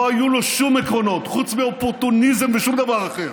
לא היו לו שם עקרונות חוץ מאופורטוניזם ושום דבר אחר.